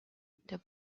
the